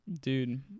dude